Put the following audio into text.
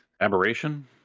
Aberration